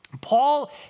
Paul